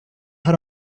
her